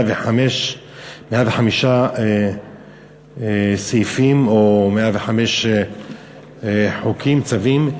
105 סעיפים או 105 חוקים, צווים,